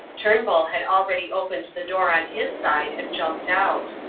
turnbull had already opened the door on his side and jumped out.